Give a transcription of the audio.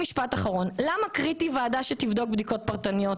למה קריטי ועדה שתבדוק בדיקות פרטניות?